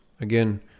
Again